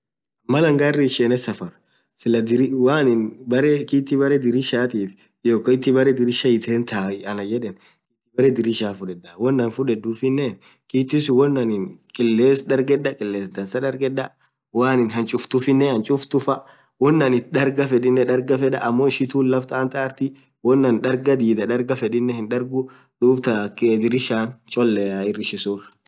maal anin gari ishen safar Sila woanin kiti beree dirishatif hiyo kiti brre dirisha fudhedha wonanin fudhedhufinen kiti suun qiles dargedha qiles dansa woanin hanchuf thufinen hachuf tuffa won anin dargha fedhinen darga fedha ammo ishintun laftin anthaa arthii won anin dhidha dargha fedhinen hidharghu dhub thaa dirishan choleaa